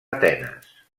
atenes